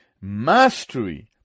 mastery